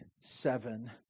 seven